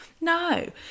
No